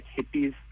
hippies